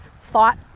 thought